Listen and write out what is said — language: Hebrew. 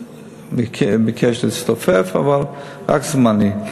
ביקשו להצטופף אבל זה רק זמני,